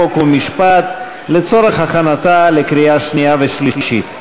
חוק ומשפט להכנתה לקריאה שנייה ושלישית.